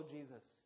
Jesus